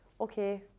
okay